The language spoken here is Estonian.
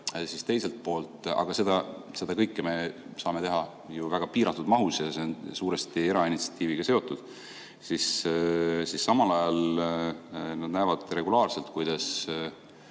Aga seda kõike me saame teha ju väga piiratud mahus ja see on suuresti erainitsiatiiviga seotud. Samal ajal nad näevad ka regulaarselt, kuidas